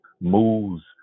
moves